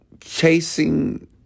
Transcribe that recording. chasing